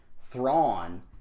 Thrawn